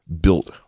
built